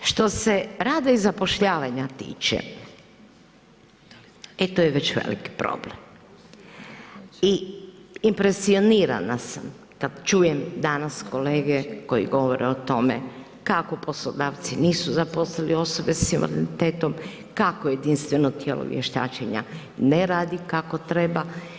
Što se rada i zapošljavanja tiče, e to je već veliki problem i impresionira nas kada čujem danas kolege koji govore o tome kako poslodavci nisu zaposlili osobe s invaliditetom, kako jedinstveno tijelo vještačenja ne radi kako treba.